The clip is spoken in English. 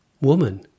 Woman